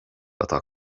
atá